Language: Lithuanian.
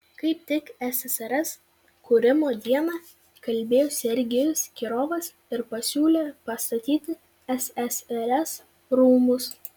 kaip tik ssrs kūrimo dieną kalbėjo sergejus kirovas ir pasiūlė pastatyti ssrs rūmus